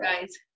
guys